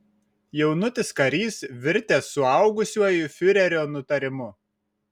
jaunutis karys virtęs suaugusiuoju fiurerio nutarimu